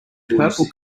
purple